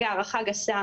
שנבחר,